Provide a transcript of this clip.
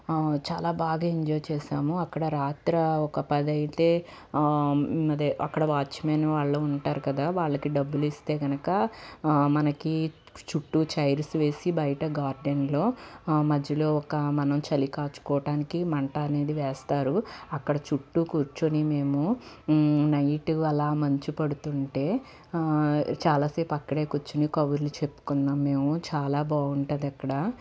చాలా బాగా ఎంజాయ్ చేసాము అక్కడ రాత్ర ఒక పది అయితే అదే అక్కడ వాచ్మెన్ వాళ్ళు ఉంటారు కదా వాళ్ళకి డబ్బులు ఇస్తే కనుక మనకి చుట్టూ చైర్స్ వేసి బయట గార్డెన్లో మధ్యలో ఒక మనం చలికాచుకోవటానికి మంట అనేది వేస్తారు అక్కడ చుట్టూ కూర్చొని మేము నైట్ అలా మంచు పడుతుంటే చాలాసేపు అక్కడే కూర్చుని కబుర్లు చెప్పుకున్నాం మేము చాలా బాగుంటది అక్కడ